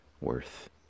worth